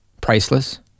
priceless